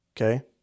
okay